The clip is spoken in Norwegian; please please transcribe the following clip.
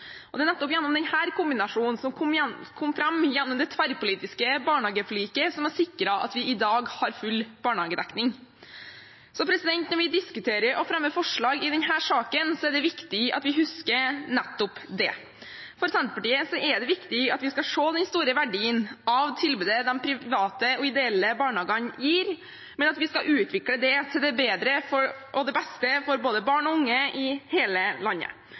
Det er nettopp denne kombinasjonen, som kom fram gjennom det tverrpolitiske barnehageforliket, som har sikret at vi i dag har full barnehagedekning. Når vi diskuterer og fremmer forslag i denne saken, er det viktig at vi husker nettopp det. For Senterpartiet er det viktig at vi skal se den store verdien av tilbudet de private og ideelle barnehagene gir, men at vi skal utvikle det til det beste for både barn og unge i hele landet.